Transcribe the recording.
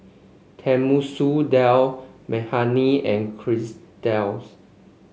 Tenmusu Dal Makhani and Quesadillas